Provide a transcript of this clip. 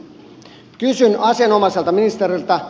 kysyn asianomaiselta ministeriltä